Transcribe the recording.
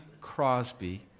Crosby